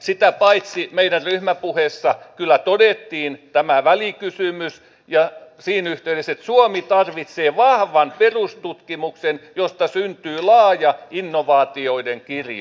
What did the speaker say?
sitä paitsi meidän ryhmäpuheessa kyllä todettiin tämä välikysymys siinä yhteydessä että suomi tarvitsee vahvan perustutkimuksen josta syntyy laaja innovaatioiden kirjo